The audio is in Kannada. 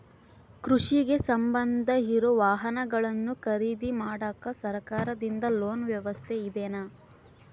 ಕೃಷಿಗೆ ಸಂಬಂಧ ಇರೊ ವಾಹನಗಳನ್ನು ಖರೇದಿ ಮಾಡಾಕ ಸರಕಾರದಿಂದ ಲೋನ್ ವ್ಯವಸ್ಥೆ ಇದೆನಾ?